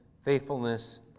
faithfulness